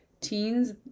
teens